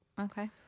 okay